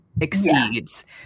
exceeds